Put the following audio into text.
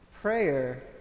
prayer